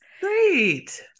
Great